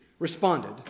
responded